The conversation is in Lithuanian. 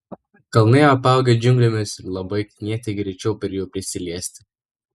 kalnai apaugę džiunglėmis ir labai knieti greičiau prie jų prisiliesti